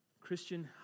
Christian